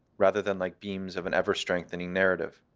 rather than like beams of an ever strengthening narrative.